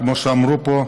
כמו שאמרו פה,